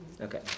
Okay